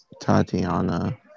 Tatiana